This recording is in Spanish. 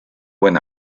buen